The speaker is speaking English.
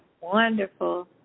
wonderful